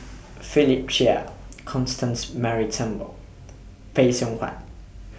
Philip Chia Constance Mary Turnbull Phay Seng Whatt